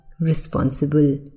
responsible